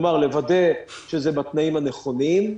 כלומר לוודא שזה בתנאים הנכונים.